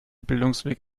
bildungsweg